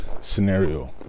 scenario